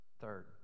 Third